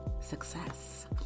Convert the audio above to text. success